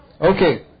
Okay